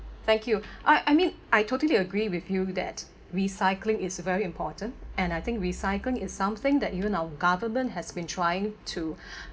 thank you I I mean I totally agree with you that recycling is very important and I think recycling is something that even our government has been trying to